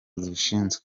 zibishinzwe